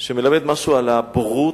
שמלמד משהו על הבורות,